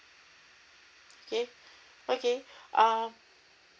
okay okay err